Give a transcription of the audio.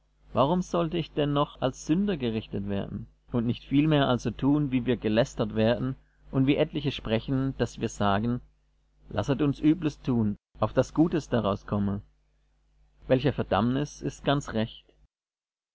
warum sollte ich denn noch als sünder gerichtet werden und nicht vielmehr also tun wie wir gelästert werden und wie etliche sprechen daß wir sagen lasset uns übles tun auf das gutes daraus komme welcher verdammnis ist ganz recht